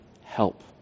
help